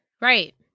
Right